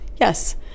yes